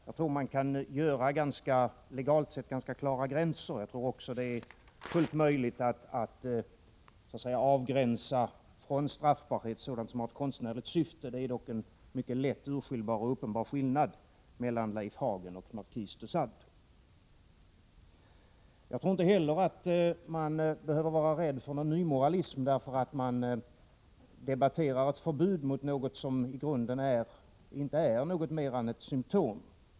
Jag tror att man legalt sett kan dra ganska klara gränser och att det är fullt möjligt att avgränsa från straffbarhet sådant som har ett konstnärligt syfte — det är dock en mycket lätt urskiljbar och uppenbar skillnad mellan Leif Hagen och markis de Sade. Jag tror inte heller att man behöver vara rädd för någon nymoralism därför att man debatterar ett förbud mot någonting som i grunc 2n inte är något mer än ett symtom.